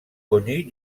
connu